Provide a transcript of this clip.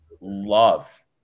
love